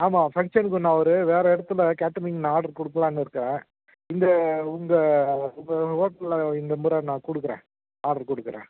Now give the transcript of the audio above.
ஆமாம் ஃபங்க்ஷனுக்கு நான் ஒரு வேறு இடத்துல கேட்டரிங் நான் ஆட்ரு கொடுக்கலான்னு இருக்கேன் இந்த உங்கள் ஹோட்டலில் இந்த முறை நான் கொடுக்குறேன் ஆட்ரு கொடுக்குறேன்